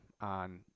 on